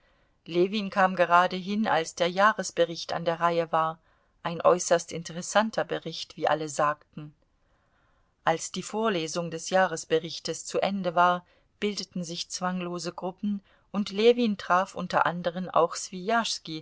ljewin kam gerade hin als der jahresbericht an der reihe war ein äußerst interessanter bericht wie alle sagten als die vorlesung des jahresberichtes zu ende war bildeten sich zwanglose gruppen und ljewin traf unter anderen auch